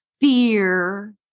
fear